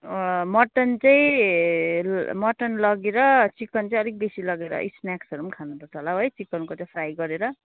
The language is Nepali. अँ मटन चाहिँ मटन लगेर चिकन चाहिँ अलिक बेसी लगेर स्न्याक्सहरू पनि खानु पर्छ होला हौ है चिकनको चाहिँ फ्राई गरेर